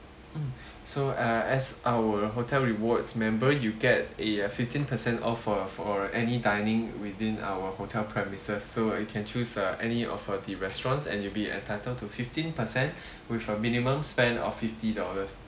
mm so uh as our hotel rewards member you get a fifteen per cent off for for any dining within our hotel premises so uh you can uh choose any uh the restaurants and you'll be entitled to fifteen percent with a minimum spend of fifty dollars